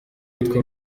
yitwa